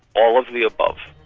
all of the above.